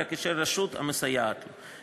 אלא כשל רשות המסייעת לו.